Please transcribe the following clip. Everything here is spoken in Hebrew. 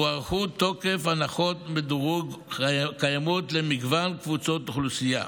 הוארך תוקף הנחות מדרוג קיימות למגוון קבוצות אוכלוסייה,